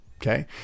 Okay